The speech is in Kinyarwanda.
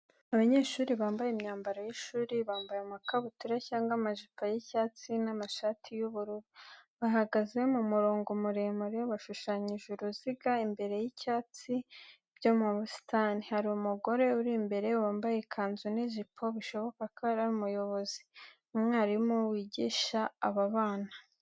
Abanyeshuri bambaye imyambaro y’ishuri. Bambaye amakabutura cyangwa amajipo y’icyatsi n'amashati y'ubururu. Bahagaze mu murongo muremure, bashushanyije uruziga, imbere y’ibyatsi byo mu busitani. Hari umugore uri imbere wambaye ikanzu n'ijipo, bishoboka ko ari umuyobozi, umwarimu w'igisha aba bana.